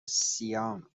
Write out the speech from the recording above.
سیام